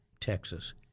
Texas